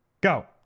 Go